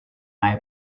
may